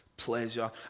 pleasure